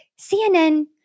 CNN